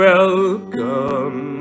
Welcome